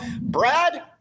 Brad